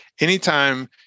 anytime